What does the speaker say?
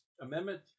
amendment